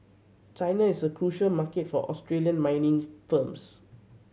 China is a crucial market for Australian mining firms